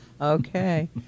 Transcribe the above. okay